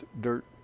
dirt